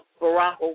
Barack